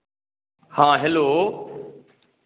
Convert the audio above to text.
हँ हेलो